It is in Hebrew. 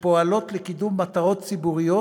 שפועלות לקידום מטרות ציבוריות